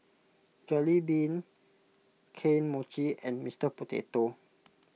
Jollibean Kane Mochi and Mister Potato